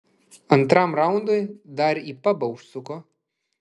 antram raundui dar į pabą užsuko